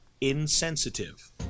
insensitive